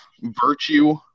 virtue